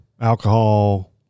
alcohol